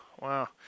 wow